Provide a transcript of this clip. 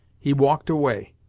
he walked away,